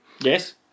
Yes